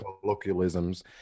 colloquialisms